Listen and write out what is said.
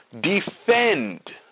defend